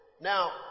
Now